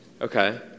Okay